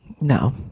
no